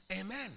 Amen